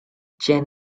chan